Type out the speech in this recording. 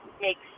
makes